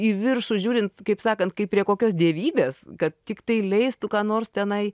į viršų žiūrint kaip sakant kaip prie kokios dievybės kad tiktai leistų ką nors tenai